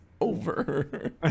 over